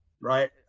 right